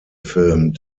film